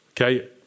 Okay